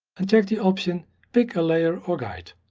and check the option pick a layer or guide.